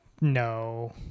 No